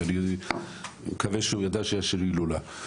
שאני מקווה שהוא ידע שיש הילולה,